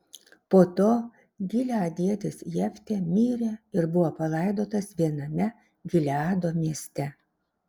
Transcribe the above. po to gileadietis jeftė mirė ir buvo palaidotas viename gileado mieste